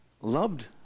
loved